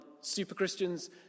super-Christians